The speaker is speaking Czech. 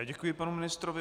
Děkuji panu ministrovi.